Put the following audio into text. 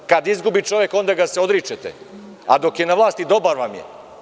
Kada izgubi čovek, onda ga se odričete, a dok je na vlasti dobar vam je.